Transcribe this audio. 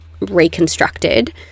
reconstructed